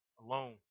alone